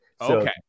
Okay